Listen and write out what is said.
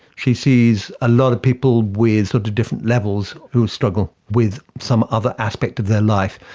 she sees a lot of people with sort of different levels who struggle with some other aspect of their life.